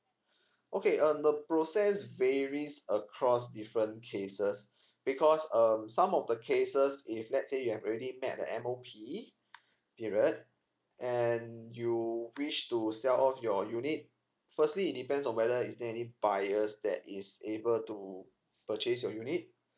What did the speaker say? okay um the process varies across different cases because um some of the cases if let's say you have already met the M O P period and you wish to sell off your unit firstly it depends on whether is there any buyers that is able to purchase your unit